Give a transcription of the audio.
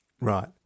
Right